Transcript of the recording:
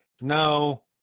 no